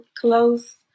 close